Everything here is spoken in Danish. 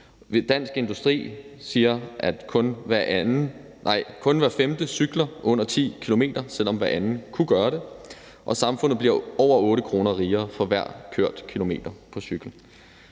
Dansk Industri siger, at kun hver femte cykler under 10 km, selv om hver anden kunne gøre det, og samfundet bliver over 8 kr. rigere for hver kørt kilometer på cykel.